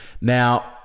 Now